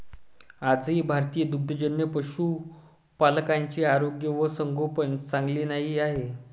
आजही भारतीय दुग्धजन्य पशुपालकांचे आरोग्य व संगोपन चांगले नाही आहे